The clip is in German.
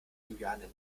juliane